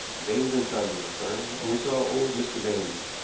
baines and son was the firm, and we saw old mr. baines.